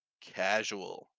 casual